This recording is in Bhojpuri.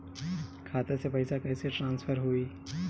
खाता से पैसा कईसे ट्रासर्फर होई?